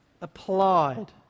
applied